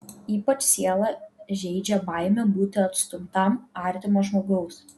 ypač sielą žeidžia baimė būti atstumtam artimo žmogaus